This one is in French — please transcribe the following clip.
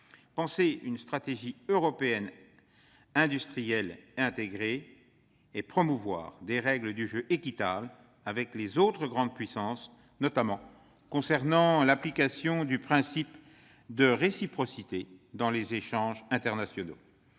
penser une stratégie industrielle européenne intégrée et pour promouvoir des règles du jeu équitables avec les autres grandes puissances, notamment concernant l'application du principe de réciprocité dans les échanges internationaux